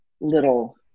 little